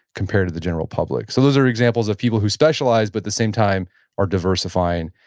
compared to the general public. so those are examples of people who specialize but the same time are diversifying.